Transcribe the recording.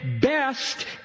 best